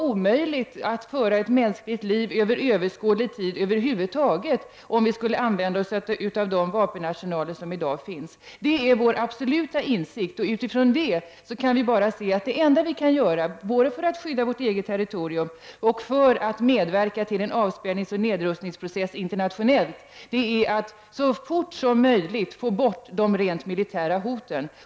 Om vi skulle använda oss av de vapenarsenaler som i dag finns, skulle det vara omöjligt att över huvud taget föra ett mänskligt liv där under överskådlig tid. Det är vår absoluta insikt, och utifrån denna anser vi att det enda som vi i Sverige kan göra, både för att skydda vårt eget territorium och för att medverka till en avspänningsoch nedrustningsprocess internationellt, är att så fort som möjligt få bort de rent militära hoten.